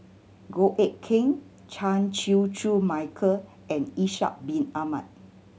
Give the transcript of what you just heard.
Goh Eck Kheng Chan Chew Koon Michael and Ishak Bin Ahmad